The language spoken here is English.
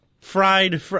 fried